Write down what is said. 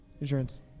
Insurance